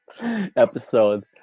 episode